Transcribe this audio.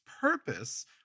purpose